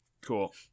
Cool